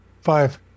Five